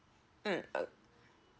mm